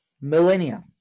millennia